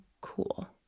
cool